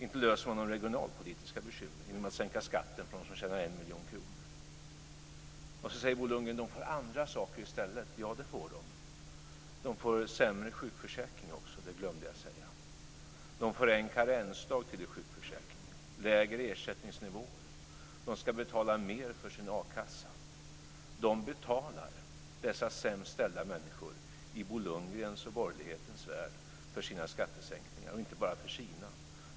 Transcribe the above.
Inte löser man de regionalpolitiska bekymren genom att sänka skatten för dem som tjänar Bo Lundgren säger att de andra får andra saker i stället. Ja, det får de. De får sämre sjukförsäkring också; det glömde jag att säga. De får en karensdag till i sjukförsäkringen och lägre ersättningsnivåer. De ska betala mer för sin a-kassa. Dessa sämst ställda människor i Bo Lundgrens och borgerlighetens värld betalar för sina skattesänkningar och inte bara för sina.